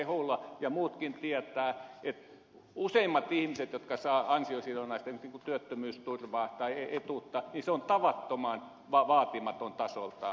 rehula ja muutkin tietävät että useimmilla ihmisillä jotka saavat ansiosidonnaista työttömyysturvaa etuutta se on tavattoman vaatimaton tasoltaan